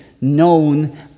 known